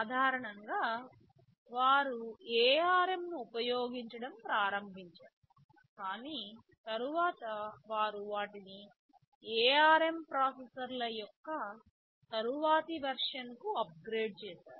సాధారణంగా వారు ARM 9 ను ఉపయోగించడం ప్రారంభించారు కాని తరువాత వారు వాటిని ARM ప్రాసెసర్ల యొక్క తరువాతి వెర్షన్కు అప్గ్రేడ్ చేశారు